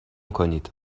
کنید